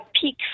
peak